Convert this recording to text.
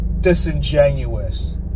disingenuous